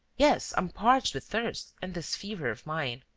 yes, i'm parched with thirst and this fever of mine.